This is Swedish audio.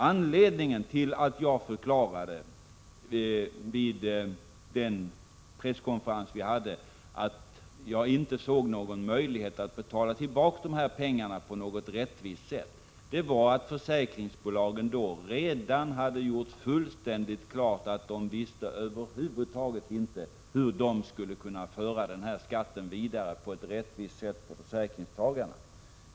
Anledningen till att jag förklarade vid den presskonferens som vi hade att jaginte såg någon möjlighet att betala tillbaka pengarna på något rättvist sätt var att försäkringsbolagen redan då hade gjort fullständigt klart, att de över huvud taget inte visste hur de skulle kunna vidareföra engångsskatten på ett rättvist sätt på försäkringstagarna.